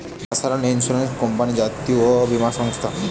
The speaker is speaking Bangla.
ন্যাশনাল ইন্সুরেন্স কোম্পানি জাতীয় বীমা সংস্থা